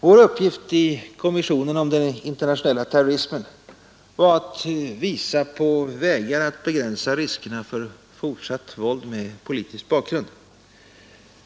Vår uppgift i kommissionen om den internationella terrorismen var att visa på vägar att begränsa riskerna för fortsatt våld med politisk bakgrund.